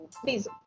Please